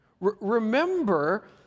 Remember